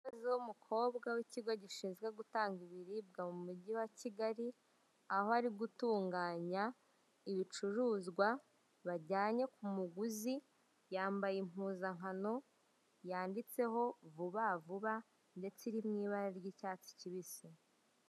Umukozi w'umukobwa w'ikigo gishinzwe gutanga ibiribwa mu mugi wa kigali, aho ari gutunganya ibicuruzwa bajyanye ku muguzi, yambaye, impuzankano yanditseho vubavuba; ndetse iri mu ibara ry'icyatsi kibisi.